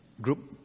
group